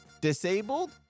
Disabled